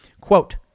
Quote